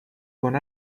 con